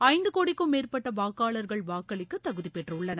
ஐந்து கோடிக்கும் மேற்பட்ட வாக்காளர்கள் வாக்களிக்க தகுதி பெற்றுள்ளனர்